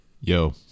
Yo